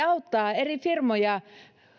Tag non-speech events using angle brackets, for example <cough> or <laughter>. <unintelligible> auttaa eri firmoja